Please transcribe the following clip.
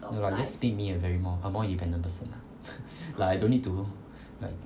no lah it just made me a very more a more independent person like I don't need to like